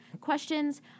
questions